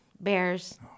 Bears